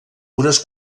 unes